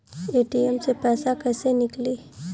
ATM से पैसा कैसे नीकली?